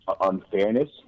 unfairness